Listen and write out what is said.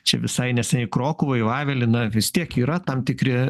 čia visai neseniai krokuvoj vavely na vis tiek yra tam tikri